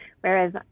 Whereas